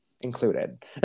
included